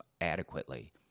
adequately